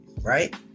right